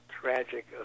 tragic